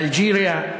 אלג'יריה,